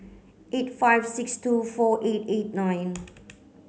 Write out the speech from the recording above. eight five six two four eight eight nine